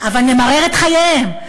אבל נמרר את חייהם.